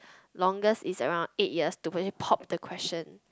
longest is around eight years to actually pop the question